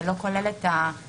וזה לא כולל את הפרטים.